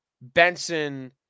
Benson